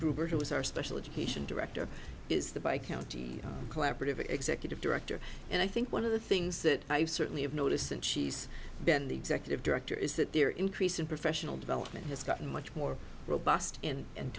gruber who was our special education director is the by county collaborative executive director and i think one of the things that i've certainly have noticed and she's been the executive director is that they're increasing professional development has gotten much more robust and